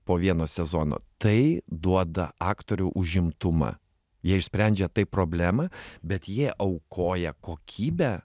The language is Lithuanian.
po vieno sezono tai duoda aktorių užimtumą jie išsprendžia tai problemą bet jie aukoja kokybę